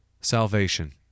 Salvation